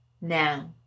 now